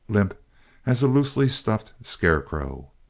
limp as a loosely stuffed scarecrow.